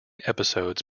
episodes